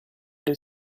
del